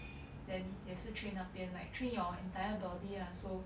then 也是 train 那边 like train your entire body ah so